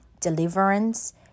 deliverance